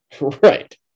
Right